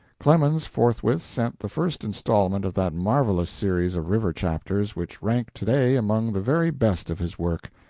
clemens forthwith sent the first instalment of that marvelous series of river chapters which rank to-day among the very best of his work.